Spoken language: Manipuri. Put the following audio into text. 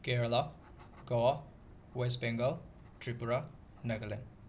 ꯀꯦꯔꯦꯂꯥ ꯒꯋꯥ ꯋꯦꯁ ꯕꯦꯡꯒꯜ ꯇ꯭ꯔꯤꯄꯨꯔꯥ ꯅꯒꯂꯦꯟ